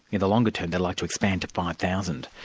in the longer term they'd like to expand to five thousand.